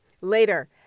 Later